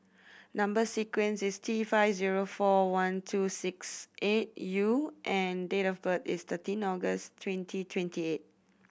number sequence is T five zero four one two six eight U and date of birth is thirteen August twenty twenty eight